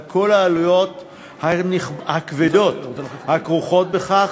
על כל העלויות הכבדות הכרוכות בכך,